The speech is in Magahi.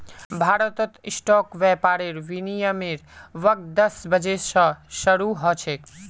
भारतत स्टॉक व्यापारेर विनियमेर वक़्त दस बजे स शरू ह छेक